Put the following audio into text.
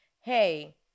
Hey